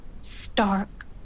Stark